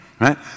right